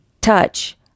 touch